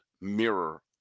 mirror